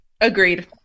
agreed